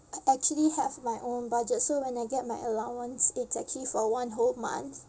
I actually have my own budget so when I get my allowance it's actually for one whole month